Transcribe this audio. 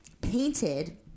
painted